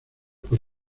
por